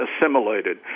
assimilated